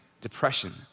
depression